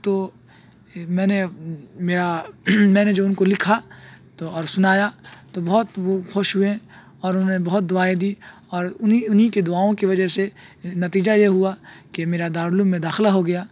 تو میں نے میں نے جو ان کو لکھا تو اور سنایا تو بہت وہ خوش ہوئے اور انہوں نے بہت دعائیں دی اور انہیں انہیں کے دعاؤں کی وجہ سے نتیجہ یہ ہوا کہ میرا دارالعلوم میں داخلہ ہو گیا